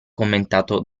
commentato